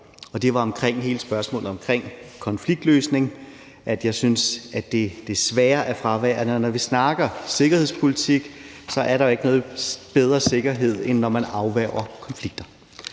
og det var omkring hele spørgsmålet om konfliktløsning, hvor jeg synes, at det desværre er fraværende. Når vi snakker sikkerhedspolitik, er der ikke nogen bedre sikkerhed, end når man afværger konflikter,